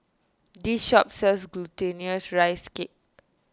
this shop sells Glutinous Rice Cake